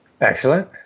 Excellent